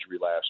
last